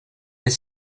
est